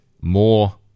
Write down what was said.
more